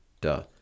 duh